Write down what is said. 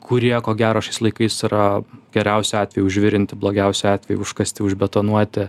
kur jie ko gero šiais laikais yra geriausiu atveju užvirinti blogiausiu atveju užkasti užbetonuoti